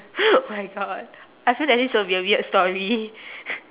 my god I feel that this will be a weird story